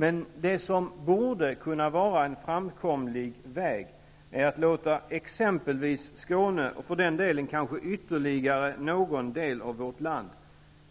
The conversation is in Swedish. Men det som borde kunna vara en framkomlig väg är att låta exempelvis Skåne, och för den delen kanske ytterligare någon del av vårt land,